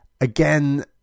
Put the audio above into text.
again